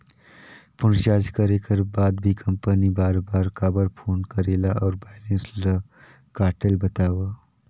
Phone recharge करे कर बाद भी कंपनी बार बार काबर फोन करेला और बैलेंस ल काटेल बतावव?